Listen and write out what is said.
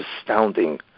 astounding